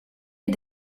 les